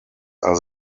are